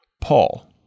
Paul